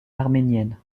arménienne